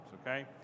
okay